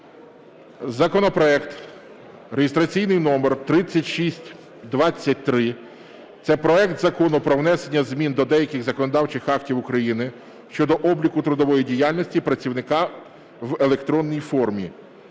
законопроект (реєстраційний номер 3623). Це проект Закону про внесення змін до деяких законодавчих актів України щодо обліку трудової діяльності працівника в електронній формі.